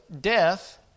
death